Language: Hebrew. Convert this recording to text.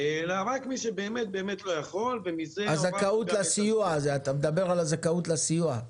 אלא רק מי שבאמת לא יכול --- אתה מדבר על הזכאות לסיוע?